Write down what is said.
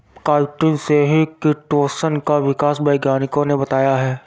chitin से ही chitosan का विकास वैज्ञानिकों ने बताया है